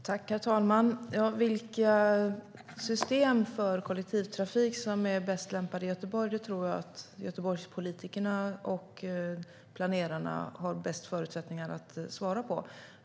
Herr talman! Vilka system för kollektivtrafik som är bäst lämpade i Göteborg tror jag att Göteborgs politiker och planerare har bäst förutsättningar att svara på.